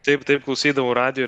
taip taip klausydavau radijo